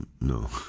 No